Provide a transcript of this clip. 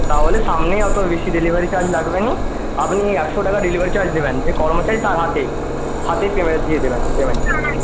তাহলে সামনেই অতো বেশি ডেলিভারি চার্জেস লাগবে না আপনি একশো টাকা ডেলিভারি চার্জ দেবেন যে কর্মচারী তার হাতে হাতেই ফেরত দিয়ে দেবেন পেমেন্ট